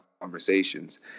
conversations